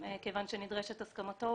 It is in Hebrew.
כיוון שנדרשת הסכמתו,